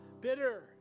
bitter